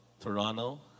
Toronto